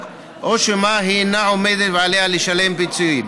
או שמא היא אינה עומדת ועליה לשלם פיצויים.